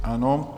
Ano.